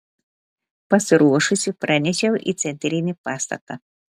pasiruošusi pranešiau į centrinį pastatą